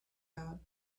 down